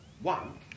One